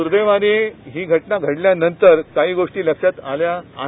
दुर्देवाने ही घटना घडल्यानंतर काही गोष्टी लक्षात आल्या आहेत